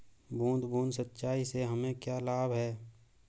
बूंद बूंद सिंचाई से हमें क्या लाभ है?